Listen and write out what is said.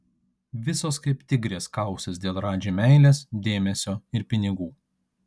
visos kaip tigrės kausis dėl radži meilės dėmesio ir pinigų